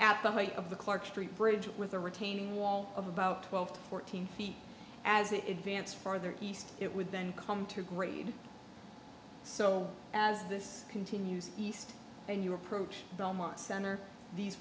at the height of the clark street bridge with a retaining wall of about twelve to fourteen feet as it advances further east it would then come to grade so as this continues east and you approach the belmont center these